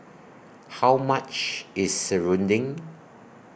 How much IS Serunding